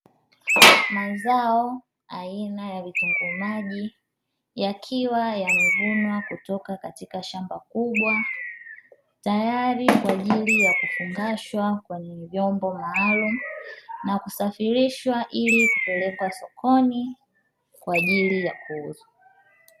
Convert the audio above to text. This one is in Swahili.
Mazao aina ya vitunguu maji, yakiwa yamevunwa kutoka katika shamba kubwa. Tayari kwa ajili ya kufungashwa kwenye vyombo maalumu na kusafirishwa, ili kupelekwa sokoni kwa ajili ya kuuza.